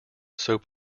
soap